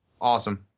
awesome